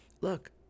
look